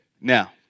Now